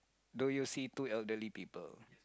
do you see two elderly people